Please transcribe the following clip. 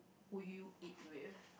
would you eat with